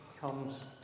comes